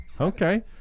Okay